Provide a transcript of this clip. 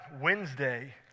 Wednesday